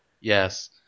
Yes